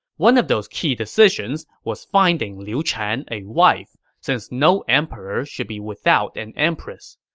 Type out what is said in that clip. one of those key decisions was finding liu chan a wife, since no emperor should be without an empress.